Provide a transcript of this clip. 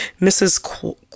mrs